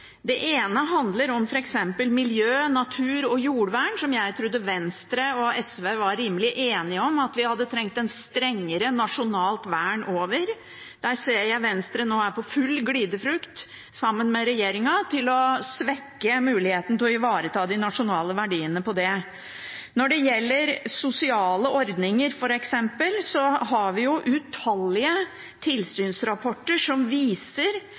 Det ene handler om f.eks. miljø, natur og jordvern, som jeg trodde Venstre og SV var rimelig enige om at vi hadde trengt et strengere nasjonalt vern over. Der ser jeg at Venstre nå er i full glideflukt, sammen med regjeringen, til å svekke muligheten til å ivareta de nasjonale verdiene på det. Når det gjelder f.eks. sosiale ordninger, har vi utallige tilsynsrapporter som viser